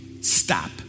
Stop